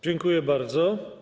Dziękuję bardzo.